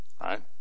right